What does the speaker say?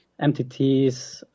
MTTs